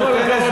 שנותן,